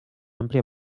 àmplia